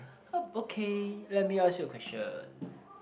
yup okay let me ask you a question